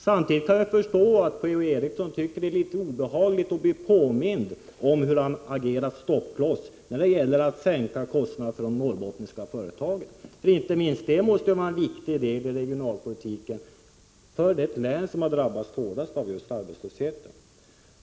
Samtidigt kan jag förstå att Per-Ola Eriksson tycker att det är litet obehagligt att bli påmind om hur han agerat stoppkloss när det gällt att sänka kostnaderna för de norrbottniska företagen. Inte minst detta måste vara en viktig del i regionalpolitiken för det län som drabbats hårdast av arbetslösheten.